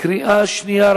קריאה שנייה.